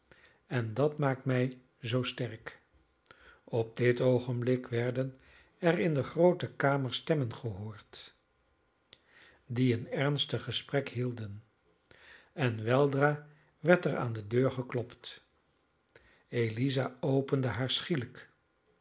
en dat maakt mij zoo sterk op dit oogenblik werden er in de groote kamer stemmen gehoord die een ernstig gesprek hielden en weldra werd er aan de deur geklopt eliza opende haar schielijk